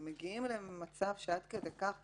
אם מגיעים אליהם במצב שעד כדי כך